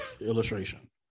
illustration